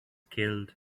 killed